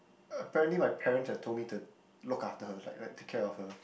apparently my parents have told me to look after her is like like take care of her